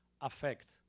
affect